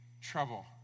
trouble